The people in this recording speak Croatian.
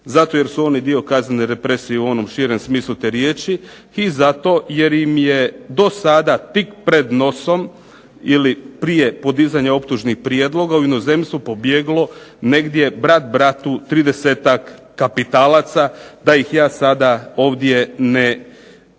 zato jer su oni dio kaznene represije u onom širem smislu te riječi i zato jer im je do sada tik pred nosom ili prije podizanja optužnih prijedloga u inozemstvu pobjeglo negdje brat bratu 30-tak kapitalaca, da ih ja sada ovdje ne imenujem.